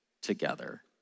together